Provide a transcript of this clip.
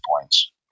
points